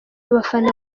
abafana